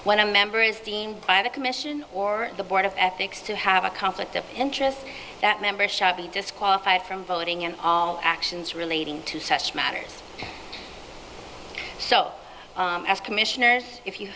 when a member is deemed by the commission or the board of ethics to have a conflict of interest that member shall be disqualified from voting in all actions relating to such matters so as commissioners if you